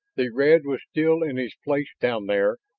the red was still in his place down there,